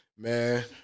Man